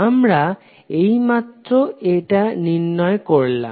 আমরা এইমাত্র এটা নির্ণয় করলাম